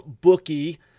bookie